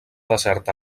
deserta